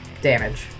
damage